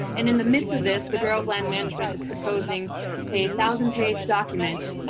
and in the midst of this, the bureau of land management is proposing a thousand-page document,